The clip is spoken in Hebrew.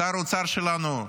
שר האוצר שלנו,